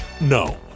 no